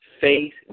faith